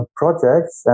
projects